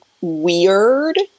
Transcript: weird